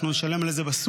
אנחנו נשלם על זה בסופר.